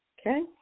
Okay